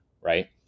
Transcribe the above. right